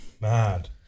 Mad